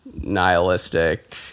nihilistic